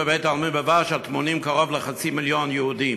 בבית-העלמין בוורשה טמונים קרוב לחצי מיליון יהודים.